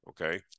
Okay